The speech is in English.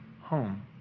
home